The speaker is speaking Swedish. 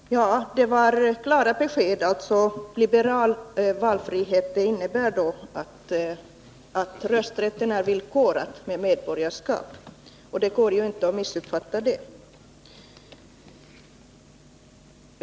Herr talman! Ja, det var klara besked. Liberal valfrihet innebär alltså att rösträtten är villkorad — den förutsätter medborgarskap. Det går inte att missuppfatta det.